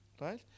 Right